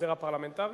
העוזר הפרלמנטרי